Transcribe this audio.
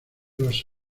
los